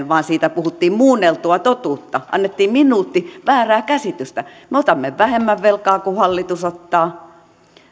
vaan siitä puhuttiin muunneltua totuutta annettiin minuutti väärää käsitystä me otamme vähemmän velkaa kuin hallitus ottaa